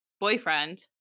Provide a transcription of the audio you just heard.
boyfriend